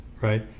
Right